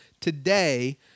today